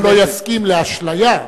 העם לא יסכים לאשליה,